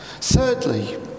Thirdly